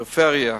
בפריפריה.